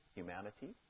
humanity